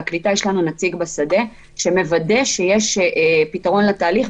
היה ברור לנו שברגע שאנחנו נכנסים למהלך כזה,